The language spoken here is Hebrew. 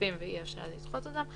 שדחופים ואי אפשר לדחות אותם.